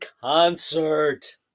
concert